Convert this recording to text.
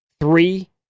three